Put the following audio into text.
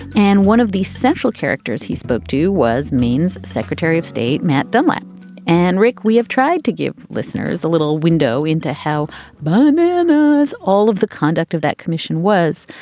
and one of the central characters he spoke to was means secretary of state matt dunlap and rick, we have tried to give listeners a little window into how bonanos all of the conduct of that commission was.